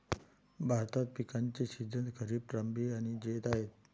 भारतात पिकांचे सीझन खरीप, रब्बी आणि जैद आहेत